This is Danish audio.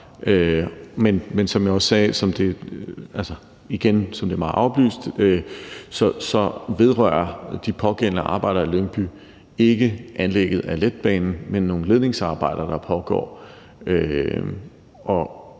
Men igen, som det er mig oplyst, vedrører de pågældende arbejder i Lyngby ikke anlægget af letbanen, men er nogle ledningsarbejder, der pågår.